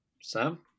Sam